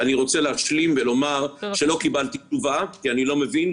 אני רוצה להשלים ולומר שלא קיבלתי תשובה כי אני לא מבין,